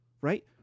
Right